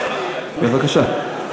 תשתה מים בבקשה.